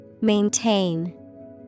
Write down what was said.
Maintain